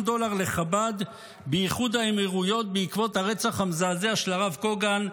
דולר לחב"ד באיחוד האמירויות בעקבות הרצח המזעזע של הרב קוגן,